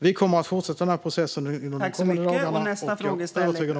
Vi kommer att fortsätta processen under de kommande dagarna.